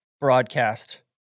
broadcast